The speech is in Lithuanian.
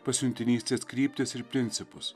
pasiuntinystės kryptis ir principus